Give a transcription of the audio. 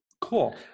Cool